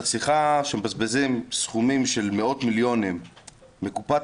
כשמבזבזים סכומים של מאות מיליונים מקופת